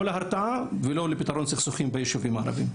לא להרתעה ולא לפתרון סכסוכים ביישובים הערביים.